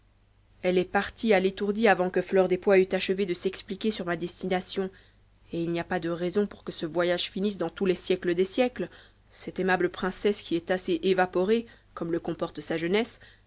elle est partie à l'étourdie avant que fleur des pois eut achevé de s'expliquer sur ma destination et il n'y a pas de raison pour que ce voyage finisse dans tous les siècles des siècles cette aimable princesse qui est assez évaporée comme le comporte sa jeunesse